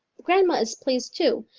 grandma is pleased, too.